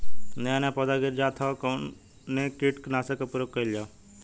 नया नया पौधा गिर जात हव कवने कीट नाशक क प्रयोग कइल जाव?